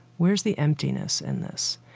where's the emptiness in this?